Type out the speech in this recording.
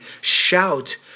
Shout